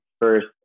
first